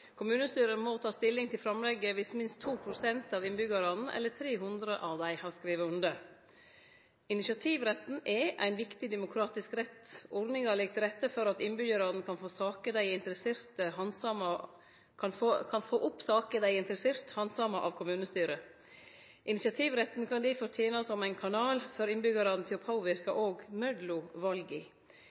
Kommunestyret må ta stilling til framlegget viss minst 2 pst. av innbyggjarane eller 300 av dei har skrive under. Initiativretten er ein viktig demokratisk rett. Ordninga legg til rette for at innbyggjarane kan få saker dei er interesserte i, handsama av kommunestyret. Initiativretten kan difor tene som ein kanal for innbyggjarane til å påverke òg mellom vala. Eg oppmodar alle kommunepolitikarar til å handsame initiativ frå innbyggjarane godt og